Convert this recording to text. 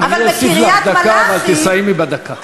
אני אוסיף לך דקה, אבל תסיימי בדקה.